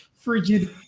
frigid